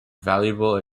valuable